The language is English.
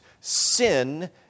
sin